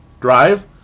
drive